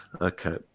okay